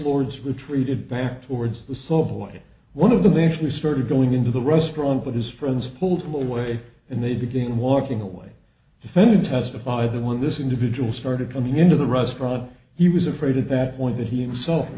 lords retreated back towards the so boy one of them they actually started going into the restaurant but his friends pulled him away and they began walking away defending testified that when this individual started coming into the restaurant he was afraid at that point that he himself